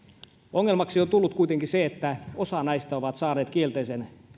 ongelmaksi on tullut kuitenkin se että osa näistä on saanut kielteisen